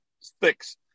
sticks